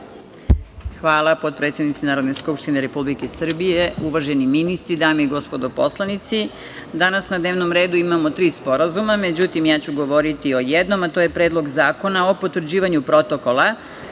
Hvala potpredsednici Narodne skupštine Republike Srbije. Uvaženi ministri, dame i gospodo poslanici, danas na dnevnom redu imamo tri sporazuma. Međutim, ja ću govoriti o jednom, a to je Predlog zakona o potvrđivanju Protokola